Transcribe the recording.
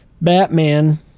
Batman